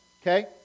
okay